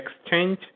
exchange